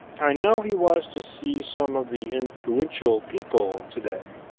i know he was to see some of the influential people today.